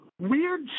weird